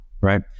right